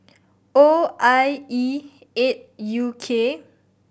O I E eight U K